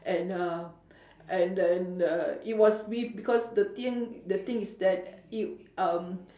and uh and then uh it was with because the thing the thing is that it um